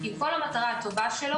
עם כל המטרה הטובה שלו,